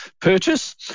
purchase